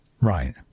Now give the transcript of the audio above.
right